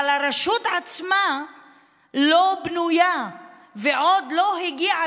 אבל הרשות עצמה לא בנויה ועוד לא הגיעה